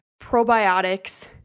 probiotics